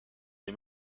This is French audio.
les